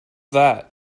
that